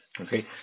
Okay